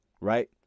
right